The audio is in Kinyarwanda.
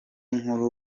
nkuru